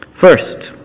First